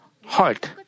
heart